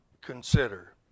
consider